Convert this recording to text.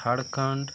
Jharkhand